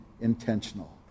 intentional